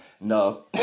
no